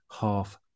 half